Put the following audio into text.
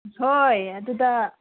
ꯍꯣꯏ ꯑꯗꯨꯗ